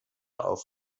auf